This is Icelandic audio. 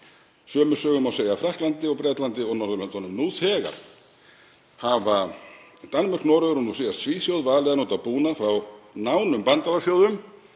Sömu sögu má segja af Frakklandi og Bretlandi og Norðurlöndunum. Nú þegar hafa Danmörk, Noregur og nú síðast Svíþjóð valið að nota búnað frá nánum bandalagsþjóðum